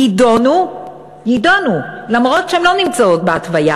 יידונו, יידונו, למרות שהן לא נמצאות בהתוויה,